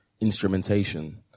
instrumentation